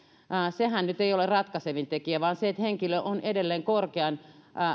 sehän ei nyt ole ratkaisevin tekijä vaan se että henkilö on edelleen korkean